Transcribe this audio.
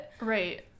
Right